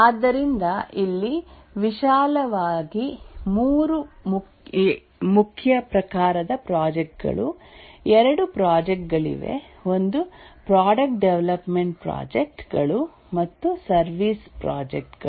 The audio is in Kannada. ಆದ್ದರಿಂದ ಇಲ್ಲಿ ವಿಶಾಲವಾಗಿ ಮೂರು ಮುಖ್ಯ ಪ್ರಕಾರದ ಪ್ರಾಜೆಕ್ಟ್ ಗಳು ಎರಡು ಪ್ರಾಜೆಕ್ಟ್ ಗಳಿವೆ ಒಂದು ಪ್ರಾಡಕ್ಟ್ ಡೆವಲಪ್ಮೆಂಟ್ ಪ್ರಾಜೆಕ್ಟ್ಸ್ ಗಳು ಮತ್ತು ಸರ್ವಿಸಸ್ ಪ್ರಾಜೆಕ್ಟ್ಸ್